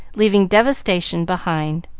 leaving devastation behind.